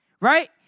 right